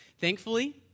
Thankfully